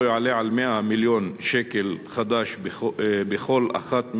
לא יעלה על 100 מיליון שקל חדש בכל אחת מהשנים,